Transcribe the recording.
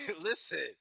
listen